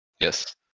Yes